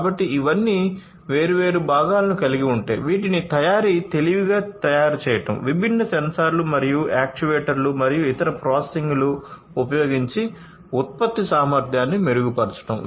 కాబట్టి ఇవన్నీ వేర్వేరు భాగాలను కలిగి ఉంటాయి వీటిని తయారీ తెలివిగా తయారుచేయడం విభిన్న సెన్సార్లు మరియు యాక్యుయేటర్లు మరియు ఇతర ప్రాసెసింగ్లను ఉపయోగించి ఉత్పత్తి సామర్థ్యాన్ని మెరుగుపరచడం